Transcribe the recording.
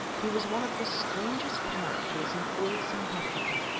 he was one of the strangest characters in all south africa.